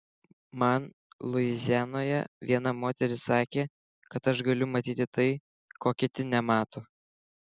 man luizianoje viena moteris sakė kad aš galiu matyti tai ko kiti nemato